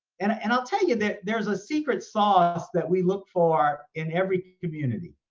and and i'll tell you that there's a secret sauce that we look for in every community.